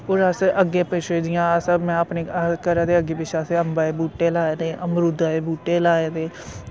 और अस आग्गे पिछें जियां अस में अपने घरा दे अग्गे पिछे असें अम्बा दे बूह्टे लाए दे अमरूदा दे बूह्टे लाए दे